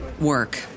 work